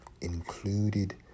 included